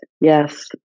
yes